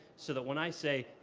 so that when i say,